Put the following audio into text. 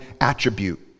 attribute